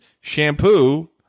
Shampoo